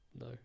No